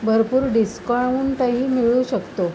भरपूर डिस्काउंट ही मिळू शकतो